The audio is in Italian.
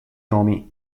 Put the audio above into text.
nomi